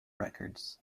records